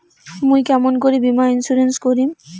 মুই কেমন করি বীমা ইন্সুরেন্স করিম?